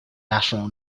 national